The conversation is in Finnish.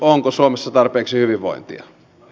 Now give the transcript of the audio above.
onko suomessa tarpeeksi hyvinvointia